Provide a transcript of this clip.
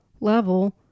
level